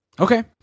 Okay